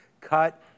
cut